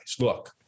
look